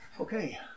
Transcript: Okay